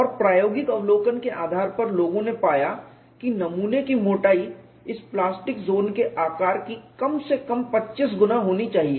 और प्रायोगिक अवलोकन के आधार पर लोगों ने पाया कि नमूने की मोटाई इस प्लास्टिक ज़ोन के आकार की कम से कम 25 गुना होनी चाहिए